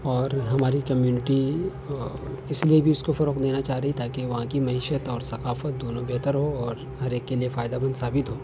اور ہماری کمیونٹی اس لیے بھی اس کو فروغ دینا چاہ رہی تاکہ وہاں کی معیشت اور ثقافت دونوں بہتر ہو اور ہر ایک کے لیے فائدہ مند ثابت ہو